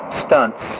stunts